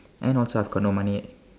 and also I've got no money